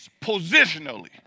positionally